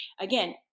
again